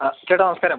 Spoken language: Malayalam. ആ ചേട്ടാ നമസ്കാരം